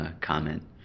comment